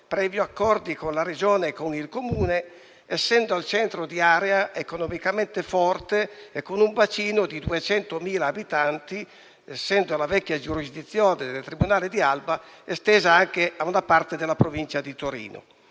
previo accordi con la Regione e con il Comune, essendo al centro di area economicamente forte e con un bacino di 200.000 abitanti, essendo la vecchia giurisdizione del tribunale di Alba estesa anche a una parte della Provincia di Torino.